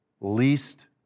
least